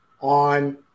on